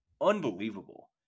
unbelievable